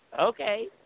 Okay